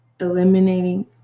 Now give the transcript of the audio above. eliminating